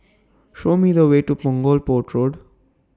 Show Me The Way to Punggol Port Road